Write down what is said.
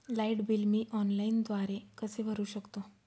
Light bill मी ऑनलाईनद्वारे कसे भरु शकतो?